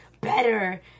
better